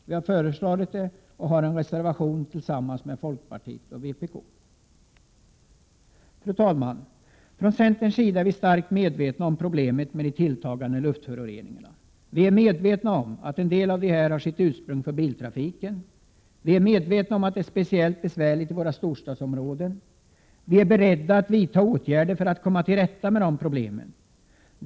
Vi har föreslagit detta och har en reservation tillsammans med folkpartiet och vpk. Fru talman! Från centerns sida är vi starkt medvetna om problemet medde Prot. 1987/88:126 tilltagande luftföroreningarna. Vi är medvetna om att en del av dessa har sitt 25 maj 1988 ursprung i biltrafiken. Vi är medvetna om att det är speciellt besvärligt i våra storstadsområden. Vi är beredda att vidta åtgärder för att komma till rätta med dessa problem.